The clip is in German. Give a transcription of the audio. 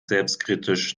selbstkritisch